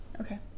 Okay